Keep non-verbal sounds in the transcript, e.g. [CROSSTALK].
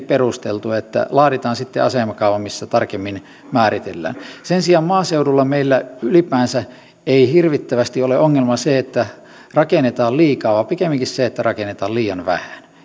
[UNINTELLIGIBLE] perusteltua että laaditaan sitten asemakaava missä tarkemmin määritellään sen sijaan maaseudulla meillä ylipäänsä ei hirvittävästi ole ongelmana se että rakennetaan liikaa vaan pikemminkin se että rakennetaan liian vähän